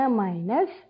minus